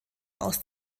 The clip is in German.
aus